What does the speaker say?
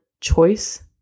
Choice